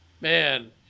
man